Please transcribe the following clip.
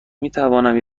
میتوانم